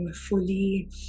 fully